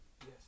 Yes